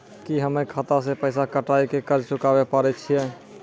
की हम्मय खाता से पैसा कटाई के कर्ज चुकाबै पारे छियै?